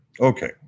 Okay